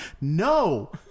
No